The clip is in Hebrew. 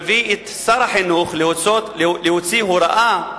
נביא את שר החינוך לרצות להוציא הוראה